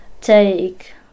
take